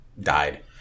died